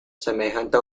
semejante